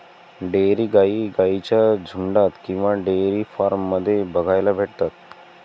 dairy गाई गाईंच्या झुन्डात किंवा डेयरी फार्म मध्ये बघायला भेटतात